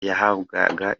yahabwaga